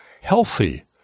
healthy